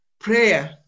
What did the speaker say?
prayer